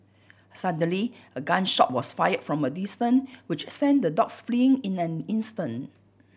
suddenly a gun shot was fired from a distance which sent the dogs fleeing in an instant